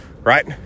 right